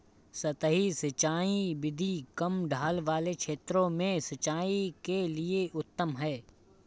सतही सिंचाई विधि कम ढाल वाले क्षेत्रों में सिंचाई के लिए उत्तम है